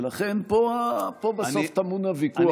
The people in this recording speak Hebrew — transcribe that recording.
ולכן, פה בסוף טמון הוויכוח.